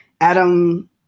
adam